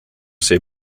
c’est